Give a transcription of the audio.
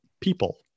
people